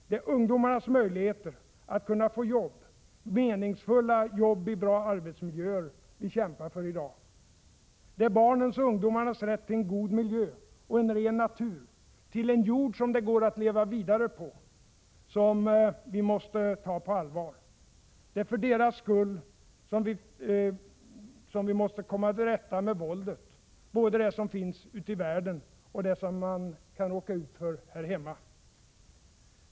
Det är ungdomarnas möjligheter att få jobb — meningsfulla jobb i bra arbetsmiljöer — vi kämpar för i dag. Det är barnens och ungdomarnas rätt till en god miljö och en ren natur — till en jord som det går att leva vidare på — som vi måste ta på allvar. Det är för deras skull vi måste komma till rätta med våldet — både det som finns ute i världen och det som man kan råka ut för här hemma.